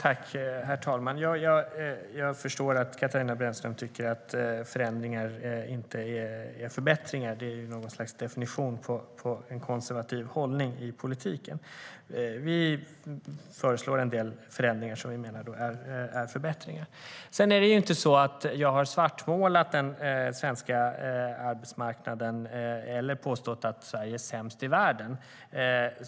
Herr talman! Jag förstår att Katarina Brännström tycker att förändringar inte är förbättringar. Det är något slags definition på en konservativ hållning i politiken. Vi föreslår en del förändringar som vi menar är förbättringar. Jag har inte svartmålat den svenska arbetsmarknaden eller påstått att Sverige är sämst i världen.